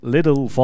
Little